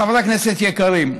חברי כנסת יקרים?